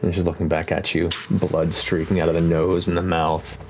and she's looking back at you blood streaking out of the nose and the mouth,